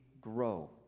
grow